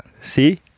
See